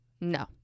no